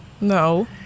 No